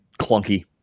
clunky